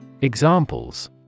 Examples